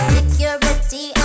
Security